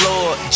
Lord